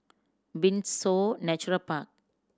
Windsor Nature Park